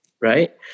right